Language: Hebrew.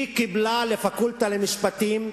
היא קיבלה לפקולטה למשפטים,